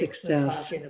success